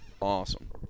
awesome